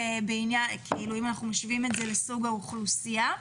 אם אנחנו משווים את זה לסוג האוכלוסייה,